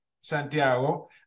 Santiago